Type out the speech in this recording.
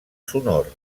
sonor